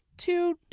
Two